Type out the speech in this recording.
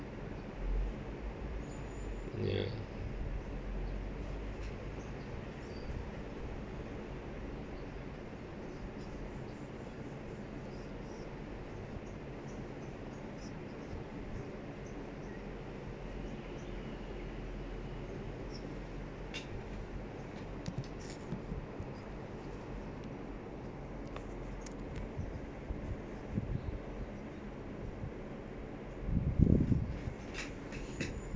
ya